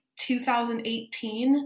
2018